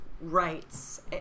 rights